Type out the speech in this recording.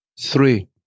Three